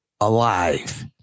alive